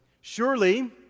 Surely